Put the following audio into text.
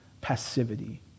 passivity